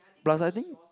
plus I think